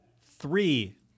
three